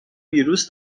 ویروس